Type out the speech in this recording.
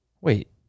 wait